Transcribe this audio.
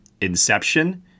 Inception